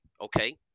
Okay